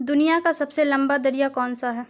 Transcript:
دنیا کا سب سے لمبا دریا کون سا ہے